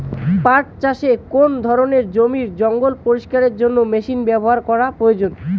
পাট চাষে কোন ধরনের জমির জঞ্জাল পরিষ্কারের জন্য মেশিন ব্যবহার করা প্রয়োজন?